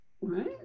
Right